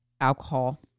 alcohol